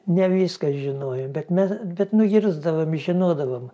ne viską žinojom bet me bet nugirsdavom žinodavom